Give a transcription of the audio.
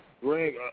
Greg